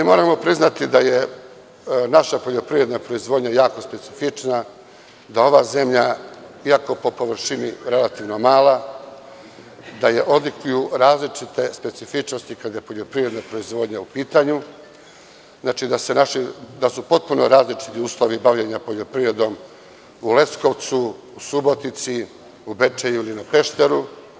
Moramo priznati da je naša poljoprivredna proizvodnja jako specifična, da je ova zemlja i ako po površini relativno mala da je odlikuju različite specifičnosti kada je poljoprivredna proizvodnja u pitanju, da su potpuno različiti uslovi bavljenje poljoprivredom u Leskovcu, Subotici, Bečeju ili na Pešteru.